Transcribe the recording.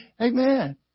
Amen